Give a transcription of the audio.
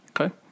Okay